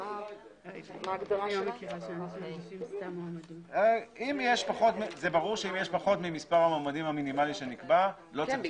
זה ברור שאם יש פחות ממספר המועמדים המינימלי שנקבע לא צריך